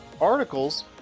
articles